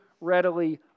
readily